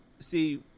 See